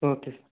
okay sir